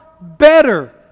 better